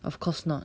of course not